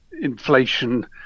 inflation